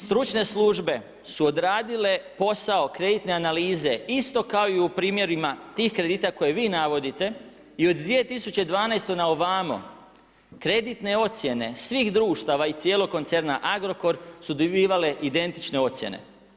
Stručne službe su odradile posao kreditne analize isto kao i u primjerima tih kredita koje vi navodite i od 2012. na ovamo i od 2012. na ovamo kreditne ocjene svih društava i cijelog koncerna Agrokor su dobivale identične ocjene.